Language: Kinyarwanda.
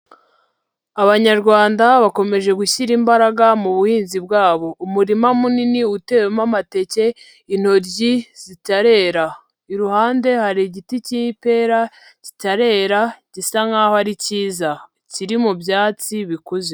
Abanyarwanda bakomeje gushyira imbaraga mu buhinzi bwabo, umurima munini utewemo amateke, intoryi zitarera, iruhande hari igiti cy'ipera kitarera gisa nk'aho ari cyiza, kiri mu byatsi bikuze.